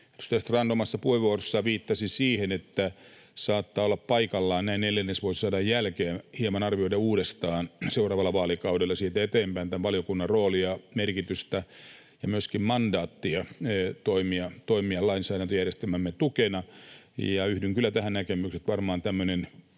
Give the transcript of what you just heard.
Strand omassa puheenvuorossaan viittasi siihen, että saattaa olla paikallaan näin neljännesvuosisadan jälkeen hieman arvioida uudestaan seuraavalla vaalikaudella ja siitä eteenpäin tämän valiokunnan roolia, merkitystä ja myöskin mandaattia toimia lainsäädäntöjärjestelmämme tukena. Yhdyn kyllä tähän näkemykseen. Varmaan tämmöinen